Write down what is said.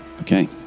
okay